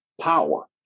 power